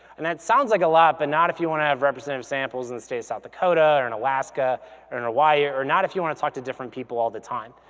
and that sounds like a lot, but not if you wanna have representative samples in state of south dakota or in alaska or in hawaii or not if you wanna talk to different people all the time.